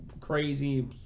crazy